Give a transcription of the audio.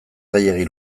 gehiegi